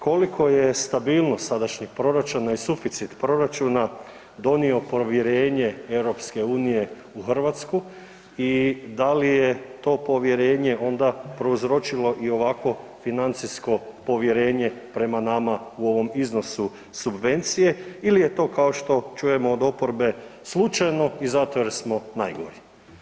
Koliko je stabilnost sadašnjeg proračuna i suficit proračuna donio povjerenje EU u Hrvatsku i da li je to povjerenje onda prouzročilo i ovako financijsko povjerenje prema nama u ovom iznosu subvencije ili je to kao što čujemo od oporbe slučajno i zato jer smo najgori?